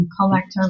Collector